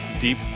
Deep